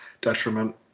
detriment